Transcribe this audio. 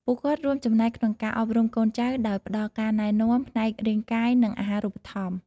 ពួកគាត់រួមចំណែកក្នុងការអប់រំកូនចៅ ដោយផ្តល់ការថែទាំ ផ្នែករាងកាយ និងអាហារូបត្ថម្ភ។